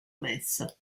messa